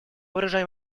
выражаем